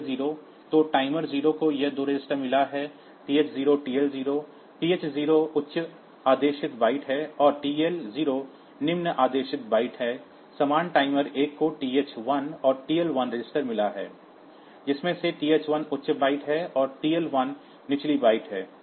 तो टाइमर 0 को यह 2 रजिस्टर मिला है TH0 TL0 TH0 उच्च आदेशित बाइट है और TL0 निम्न आदेशित बाइट है समान टाइमर 1 को TH1 और TL1 रजिस्टर मिला है जिसमें से TH1 उच्च बाइट है और TL1 निचली बाइट है